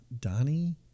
Donnie